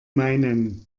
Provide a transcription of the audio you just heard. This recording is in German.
meinen